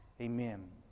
amen